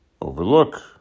overlook